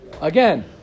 Again